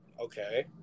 Okay